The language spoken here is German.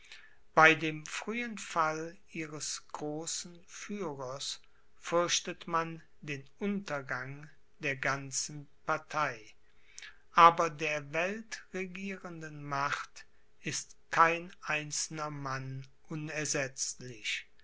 bei dem frühen fall ihres großen führers fürchtet man den untergang der ganzen partei aber der weltregierenden macht ist kein einzelner mann unersetzlich